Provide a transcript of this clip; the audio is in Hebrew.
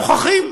שוכחים.